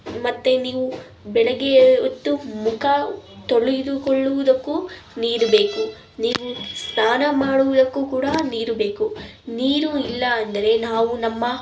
ಮತ್ತೆ ನೀವು ಬೆಳಿಗ್ಗೆ ಎದ್ದು ಮುಖ ತೊಳೆದುಕೊಳ್ಳುವುದಕ್ಕು ನೀರು ಬೇಕು ನೀರು ಸ್ನಾನ ಮಾಡುವುದಕ್ಕೂ ಕೂಡ ನೀರು ಬೇಕು ನೀರು ಇಲ್ಲ ಅಂದರೆ ನಾವು ನಮ್ಮ